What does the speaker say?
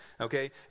Okay